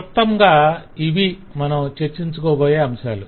క్లుప్తంగా ఇవి మనం చర్చించుకోబోయే అంశాలు